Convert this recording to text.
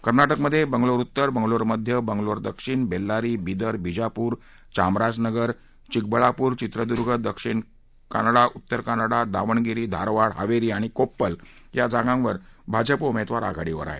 कर्नाटकमधे बंगलोर उत्तर बंगलोर मध्य बंगलोर दक्षिण बेल्लारी बिदर बिजापूर चामराजनगर चिकबळापूर चित्रदुर्ग दक्षिण कानडा उत्तर कानडा दावणगिरी धारवाड हावेरी आणि कोप्पल या जागांवर भाजपा उमेदवार आघाडीवर आहे